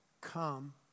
come